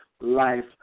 life